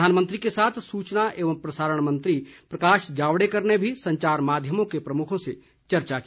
प्रधानमंत्री के साथ सूचना एवं प्रसारण मंत्री प्रकाश जावडेकर ने भी संचार माध्यमों के प्रमुखों से चर्चा की